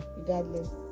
regardless